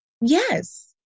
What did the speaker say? yes